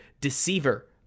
deceiver